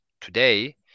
today